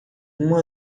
uma